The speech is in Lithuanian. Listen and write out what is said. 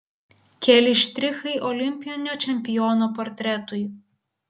keli štrichai olimpinio čempiono portretui